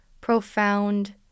profound